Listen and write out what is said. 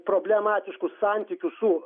problematiškų santykių su